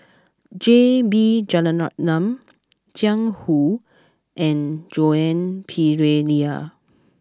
J B Jeyaretnam Jiang Hu and Joan Pereira